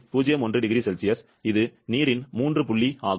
01 0C இது நீரின் மூன்று புள்ளி ஆகும்